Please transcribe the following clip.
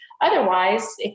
otherwise